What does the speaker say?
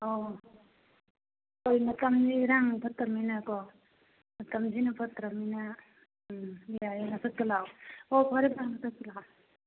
ꯑꯣ ꯍꯣꯏ ꯃꯇꯝꯁꯤ ꯏꯔꯥꯡ ꯐꯠꯇꯕꯅꯤꯅꯀꯣ ꯃꯇꯝꯁꯤꯅ ꯐꯠꯇ꯭ꯔꯕꯅꯤꯅ ꯎꯝ ꯌꯥꯔꯦ ꯃꯊꯛꯇ ꯂꯥꯛꯑꯣ ꯑꯣ ꯐꯔꯦ ꯐꯔꯦ ꯃꯊꯛꯇ ꯂꯥꯛꯑꯣ